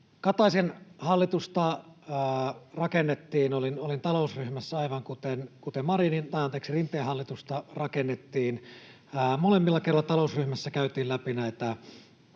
Kataisen hallitusta rakennettiin, olin talousryhmässä, aivan kuten silloin, kun Rinteen hallitusta rakennettiin. Molemmilla kerroilla talousryhmässä käytiin läpi